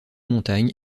montagne